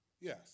Yes